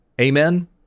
Amen